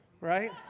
right